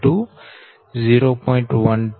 તોC12 0